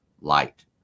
light